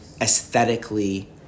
aesthetically